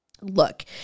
Look